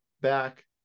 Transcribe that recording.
back